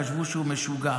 חשבו שהוא משוגע.